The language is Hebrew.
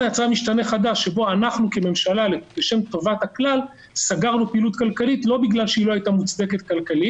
קורונה כשמצב חמור